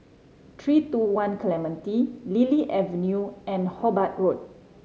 Three Two One Clementi Lily Avenue and Hobart Road